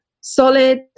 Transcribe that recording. solid